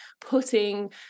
putting